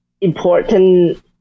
important